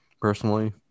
personally